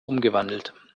umgewandelt